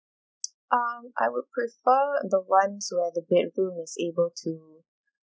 um I would prefer the ones where the bedroom is able to